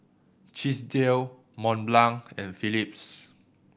Chesdale Mont Blanc and Phillips